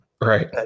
Right